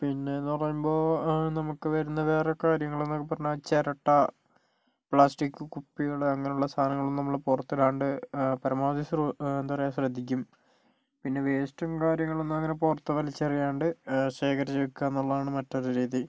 പിന്നേന്നു പറയുമ്പോൾ നമുക്ക് വരുന്ന വേറെ കാര്യങ്ങളന്നൊക്കെ പറഞ്ഞാൽ ചിരട്ട പ്ലാസ്റ്റിക്ക് കുപ്പികള് അങ്ങനെയുള്ള സാധനങ്ങളൊന്നും നമ്മള് പുറത്തിടാണ്ട് പരമാവധി ശ്ര എന്താ പറയുക ശ്രദ്ധിക്കും പിന്നെ വേയ്സ്റ്റും കാര്യങ്ങളൊന്നും അങ്ങനെ പുറത്ത് വലിച്ചെറിയാണ്ട് ശേഖരിച്ച് വെക്കുകാന്നുള്ളതാണ് മറ്റൊരു രീതി